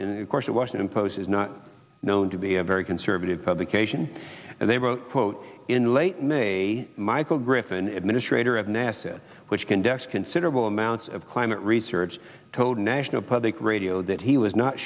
in of course the washington post is not known to be a very conservative publication and they wrote quote in late may michael griffin administrators of nasa which conducts considerable amounts of climate research told national public radio that he was not